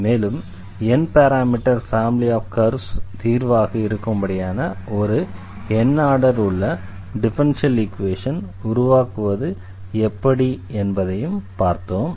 மேலும் n parameter family of curves தீர்வாக இருக்கும்படியான ஒரு n ஆர்டர் உள்ள டிஃபரன்ஷியல் ஈக்வேஷன் உருவாக்குவது எப்படி என்பதையும் பார்த்தோம்